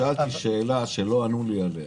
שאלתי שאלה שלא ענו לי עליה.